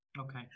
Okay